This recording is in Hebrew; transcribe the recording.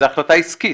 זו החלטה עסקית,